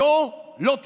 היה לא תהיה.